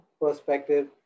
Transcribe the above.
perspective